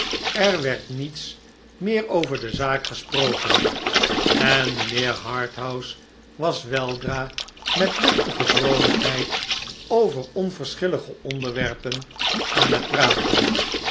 er werd niets meer over de zaak gesproken en mijnheer harthouse was weldra met luchtige vroolijkheid over onverschillige onderwerpen aan het praten